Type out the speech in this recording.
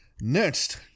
Next